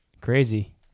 Crazy